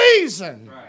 reason